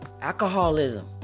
alcoholism